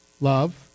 love